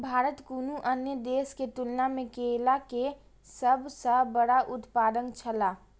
भारत कुनू अन्य देश के तुलना में केला के सब सॉ बड़ा उत्पादक छला